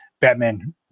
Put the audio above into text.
Batman